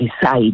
decide